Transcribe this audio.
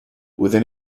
within